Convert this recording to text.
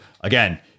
again